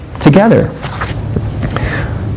together